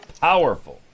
Powerful